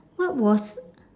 what was